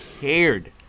cared